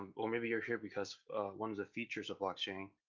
well maybe you're here because one of the features of blockchain.